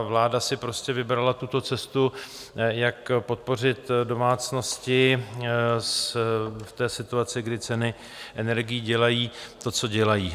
Vláda si prostě vybrala tuto cestu, jak podpořit domácnosti v situaci, kdy ceny energií dělají to, co dělají.